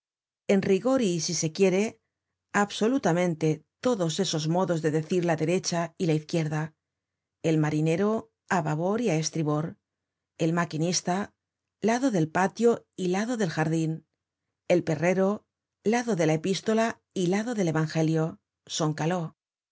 en rigor y si se quiere absolutamente todos esos modos de decir la derecha y la izquierda el marinero á babor y á estribor el maquinista lado del patio y lado del jardín el perrero lado de la epístola y lado del evangelio son caló